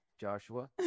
Joshua